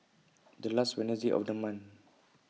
The last Wednesday of The month